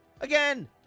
Again